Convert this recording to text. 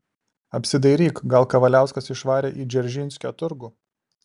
apsidairyk gal kavaliauskas išvarė į dzeržinskio turgų